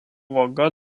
vaga